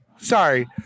Sorry